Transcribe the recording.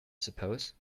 suppose